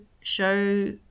show